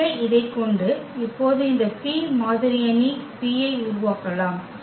எனவே இதைக் கொண்டு இப்போது இந்த P மாதிரி அணி P ஐ உருவாக்கலாம்